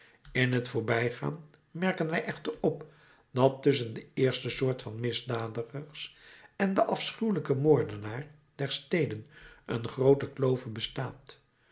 in t voorbijgaan merken wij echter op dat tusschen de eerste soort van misdadigers en den afschuwelijken moordenaar der steden een groote klove bestaat